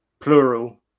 plural